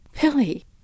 Billy